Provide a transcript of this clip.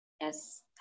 Yes